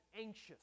anxious